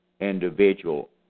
individual